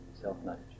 self-knowledge